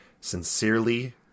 sincerely